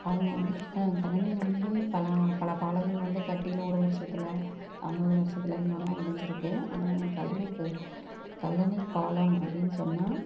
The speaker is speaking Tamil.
அவங்க வந்து கல்லணை வந்து பல பல பாலங்கள் வந்து கட்டி நூறு வருஷத்துல ஐம்பது வருஷத்துல இந்தமார்லாம் இடிஞ்சிருக்கு ஆனால் எங்க கல்லணைக்கி கல்லணைப்பாலம் அப்பிடினு சொன்னால்